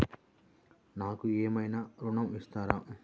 నాకు ఏమైనా ఋణం ఇస్తారా?